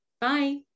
Bye